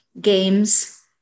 games